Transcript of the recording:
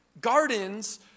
Gardens